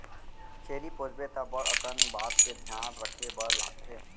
छेरी पोसबे त बड़ अकन बात के धियान रखे बर लागथे